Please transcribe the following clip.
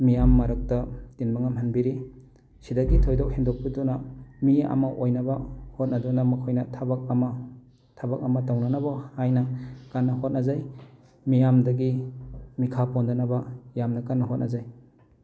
ꯃꯤꯌꯥꯝ ꯃꯔꯛꯇ ꯇꯤꯟꯕ ꯉꯝꯍꯟꯕꯤꯔꯤ ꯁꯤꯗꯒꯤ ꯊꯣꯏꯗꯣꯛ ꯍꯦꯟꯗꯣꯛꯄꯤꯗꯨꯅ ꯃꯤ ꯑꯃ ꯑꯣꯏꯅꯕ ꯍꯣꯠꯅꯗꯨꯅ ꯃꯈꯣꯏꯅ ꯊꯕꯛ ꯑꯃ ꯊꯕꯛ ꯑꯃ ꯇꯧꯅꯅꯕ ꯍꯥꯏꯅ ꯀꯟꯅ ꯍꯣꯠꯅꯖꯩ ꯃꯤꯌꯥꯝꯗꯒꯤ ꯃꯤꯈꯥ ꯄꯣꯟꯗꯅꯕ ꯌꯥꯝꯅ ꯀꯟꯅ ꯍꯣꯠꯅꯖꯩ